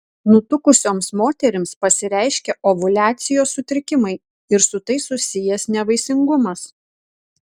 nutukusioms moterims pasireiškia ovuliacijos sutrikimai ir su tai susijęs nevaisingumas